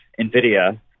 NVIDIA